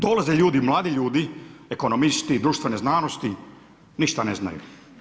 Dolaze ljudi, mladi ljudi, ekonomisti, društvene znanosti, ništa ne znaju.